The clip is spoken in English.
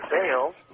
sales